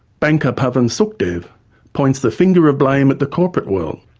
banker pavan sukhdev points the finger of blame at the corporate world,